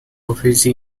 office